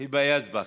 היבה יזבק,